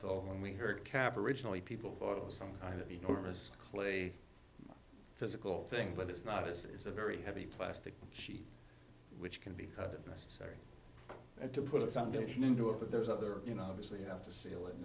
and we heard cap originally people thought it was some kind of enormous clay physical thing but it's not it's a very heavy plastic sheet which can be cut the best and to put a foundation into it but there's other you know obviously you have to seal it